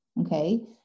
Okay